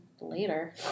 later